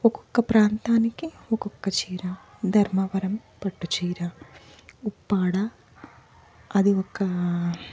ఒక్కొక్క ప్రాంతానికి ఒకొక్క చీర ధర్మవరం పట్టుచీర ఉప్పాడ అది ఒక